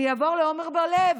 אני אעבור לעמר בר לב,